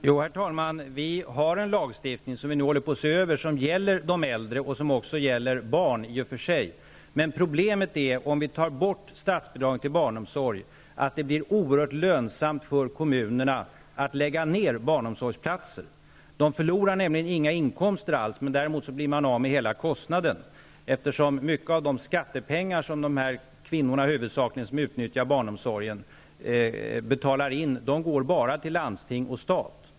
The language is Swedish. Herr talman! Det finns en lagstiftning som man nu håller på att se över och som gäller de äldre och i och för sig också barn. Om man tar bort statsbidraget till barnomsorg, är problemet att det blir oerhört lönsamt för kommunerna att lägga ned barnomsorgsplatser. Kommunerna förlorar på det sättet nämligen inga inkomster, samtidigt som de blir av med hela kostnaden. En stor del av de skattepengar som de kvinnor som huvudsakligen utnyttjar barnomsorg betalar in går enbart till landsting och stat.